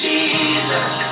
Jesus